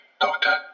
Doctor